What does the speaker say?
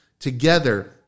Together